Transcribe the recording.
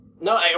No